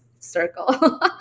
Circle